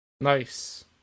Nice